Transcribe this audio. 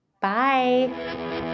Bye